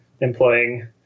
employing